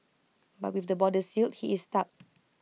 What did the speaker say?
but with the borders sealed he is stuck